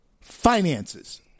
finances